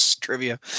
trivia